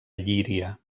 llíria